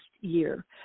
year